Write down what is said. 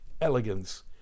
elegance